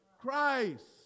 Christ